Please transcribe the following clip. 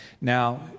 Now